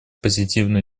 позитивную